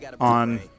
on